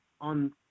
on